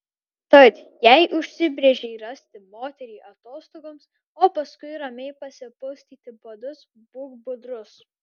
tad jei užsibrėžei rasti moterį atostogoms o paskui ramiai pasipustyti padus būk budrus